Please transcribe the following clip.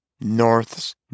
North's